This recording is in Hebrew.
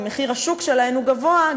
אם מחיר השוק שלהן הוא גבוה,